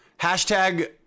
hashtag